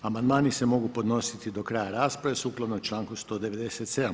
Amandmani se mogu podnositi do kraja rasprave sukladno članku 197.